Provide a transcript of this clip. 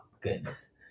goodness